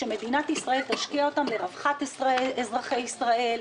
שמדינת ישראל תשקיע אותם לרווחת אזרחי ישראל,